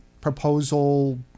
proposal